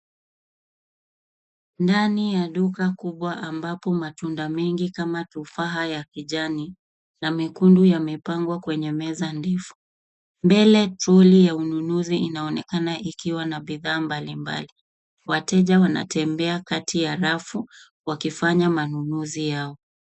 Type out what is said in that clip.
Ndani ya duka kubwa ambapo matunda mengi kama tufaha ya kijani na mekundu yamepangwa kwenye meza ndefu. Mbele, toroli ya ununuzi inaonekana ikiwa na bidhaa mbalimbali. Wateja wanatembea kati ya rafu, wakifanya manunuzi yao.